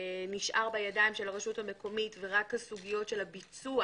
נשאר בידי הרשות המקומית ורק הסוגיות של הביצוע